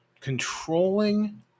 Controlling